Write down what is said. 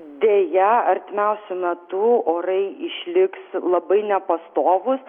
deja artimiausiu metu orai išliks labai nepastovūs